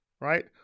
right